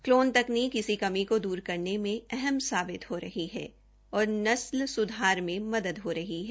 clone तकनीक इसी कमी को दूर करने में अहम साबित हो रही है और नस्ल सुधार में मदद हो रही है